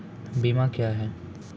बीमा क्या हैं?